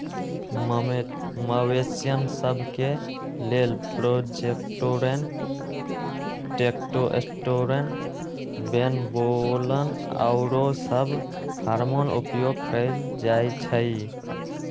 मवेशिय सभ के लेल प्रोजेस्टेरोन, टेस्टोस्टेरोन, ट्रेनबोलोन आउरो सभ हार्मोन उपयोग कयल जाइ छइ